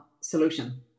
solution